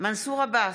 מנסור עבאס,